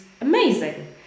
amazing